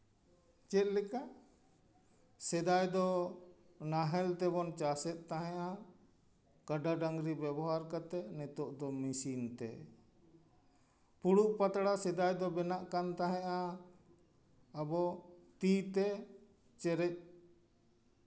ᱪᱮᱫ ᱞᱮᱠᱟ ᱥᱮᱫᱟᱭ ᱫᱚ ᱱᱟᱦᱮᱞ ᱛᱮᱵᱚᱱ ᱪᱟᱥᱼᱮᱜ ᱛᱟᱦᱮᱸᱜᱼᱟ ᱠᱟᱰᱟ ᱰᱟᱝᱨᱤ ᱵᱮᱵᱚᱦᱟᱨ ᱠᱟᱛᱮ ᱱᱤᱛᱚᱜ ᱫᱚ ᱢᱮᱥᱤᱱ ᱛᱮ ᱯᱷᱩᱲᱩᱜ ᱯᱟᱛᱲᱟ ᱥᱮᱫᱟᱭ ᱫᱚ ᱵᱮᱱᱟᱜ ᱠᱟᱱ ᱛᱟᱦᱮᱸᱜᱼᱟ ᱟᱵᱚ ᱛᱤ ᱛᱮ ᱪᱮᱨᱮᱡ